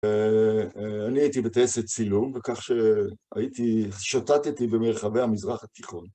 אני הייתי בטייסת צילום, וכך שהייתי, שוטטתי במרחבי המזרח התיכון.